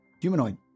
humanoid